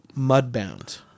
Mudbound